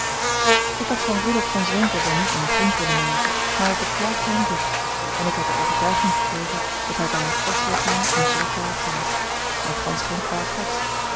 ik had van rudolf von zwenken wel niet mijn vriend willen maken maar ik beklaagde hem diep en ik had de overtuiging gekregen dat hij bij een forsch lichaam een zwak karakter had maar gansch geen kwaad hart